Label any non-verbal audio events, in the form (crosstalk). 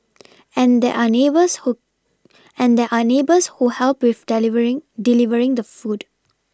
and there are neighbours who and there are neighbours who help with (unintelligible) delivering the food